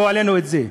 לא העלינו את זה.